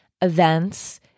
events